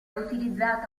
utilizzata